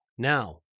Now